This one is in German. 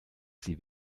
sie